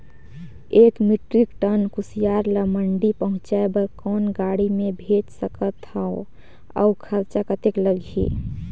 एक metric ton कुसियार ल मंडी पहुंचाय बर कौन गाड़ी मे भेज सकत हव अउ खरचा कतेक लगही?